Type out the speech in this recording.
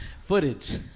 Footage